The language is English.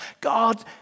God